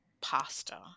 pasta